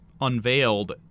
Unveiled